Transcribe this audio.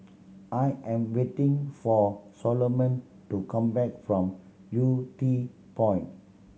I am waiting for Soloman to come back from Yew Tee Point